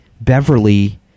Beverly